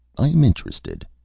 i am interested.